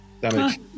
damage